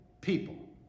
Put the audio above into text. People